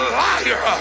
liar